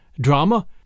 drama